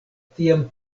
tiam